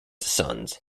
sons